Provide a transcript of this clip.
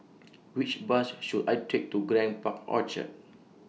Which Bus should I Take to Grand Park Orchard